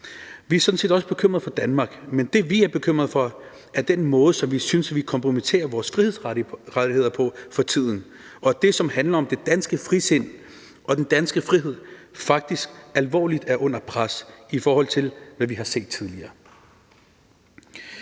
Vi er sådan set også bekymrede for Danmark, men det, vi er bekymrede for, er den måde, som vi synes, vi kompromitterer vores frihedsrettigheder på for tiden, og at det, som handler om det danske frisind og den danske frihed, faktisk er under alvorligt pres, i forhold til hvad vi har set tidligere.